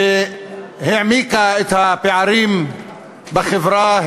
והעמיקה את הפערים בחברה,